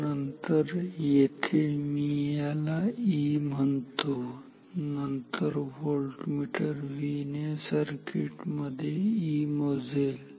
तर नंतर येथे मी याला E म्हणतो नंतर व्होल्टमीटर V ने या सर्किट मध्ये E मोजेल